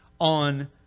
on